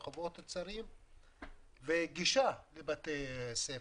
רחובות צרים וגישה לבתי הספר,